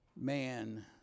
Man